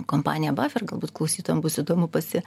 kompanija bafer galbūt klausytojam bus įdomu pasi